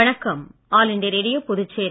வணக்கம் All India Radio Puducherry